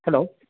hello